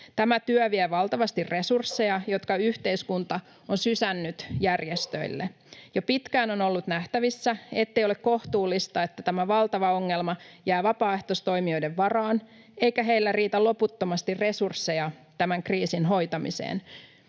Tämän valtavasti resursseja vievän työn on yhteiskunta sysännyt järjestöille. Jo pitkään on ollut nähtävissä, ettei ole kohtuullista, että tämä valtava ongelma jää vapaaehtoistoimijoiden varaan eikä heillä riitä loputtomasti resursseja tämän kriisin hoitamiseen.